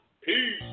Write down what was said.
Peace